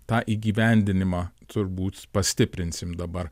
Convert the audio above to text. tą įgyvendinimą turbūt pastiprinsim dabar